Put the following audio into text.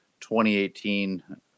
2018